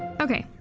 okay,